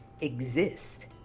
exist